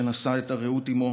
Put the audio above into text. שנשא את הרעות עימו